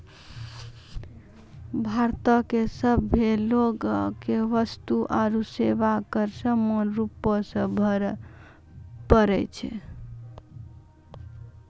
भारतो के सभे लोगो के वस्तु आरु सेवा कर समान रूपो से भरे पड़ै छै